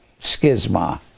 schisma